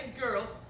girl